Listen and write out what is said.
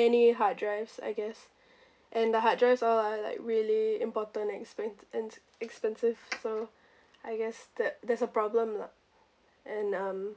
many hard drives I guess and the hard drives are like really important expen~ and expensive so I guess that there's a problem lah and um